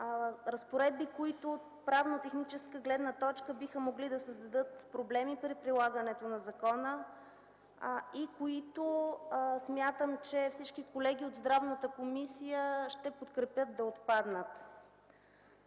разпоредби, които от правно-техническа гледна точка биха могли да създадат проблеми при прилагането на закона и които смятам, че всички колеги от Здравната комисия ще подкрепят да отпаднат.